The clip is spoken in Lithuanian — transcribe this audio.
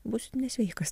būsit nesveikas